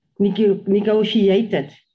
negotiated